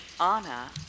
Anna